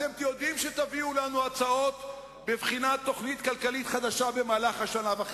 היית טורק את הדלתות בזעם גדול וצועק